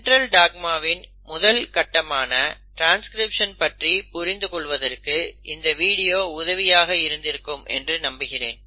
central dogma வின் முதல் கட்டமான ட்ரான்ஸ்கிரிப்ஷன் பற்றி புரிந்து கொள்வதற்கு இந்த வீடியோ உதவியாக இருந்திருக்கும் என்று நம்புகிறேன்